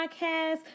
Podcast